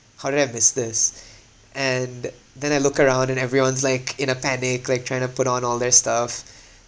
how did I miss this and then I look around and everyone's like in a panic like trying to put on all their stuff